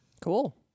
cool